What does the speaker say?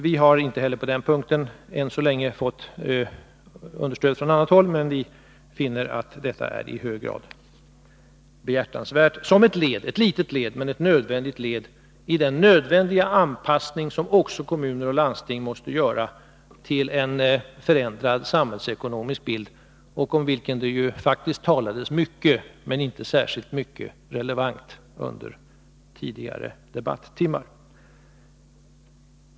Vi har inte heller på den punkten än så länge fått stöd från annat håll, men vi finner att detta är i hög grad behjärtansvärt som ett litet men nödvändigt led i den anpassning som också kommuner och landsting måste göra till en förändrad samhällsekonomisk bild, om vilken det under tidigare debattimmar talades mycket men inte särdeles mycket relevant.